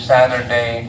Saturday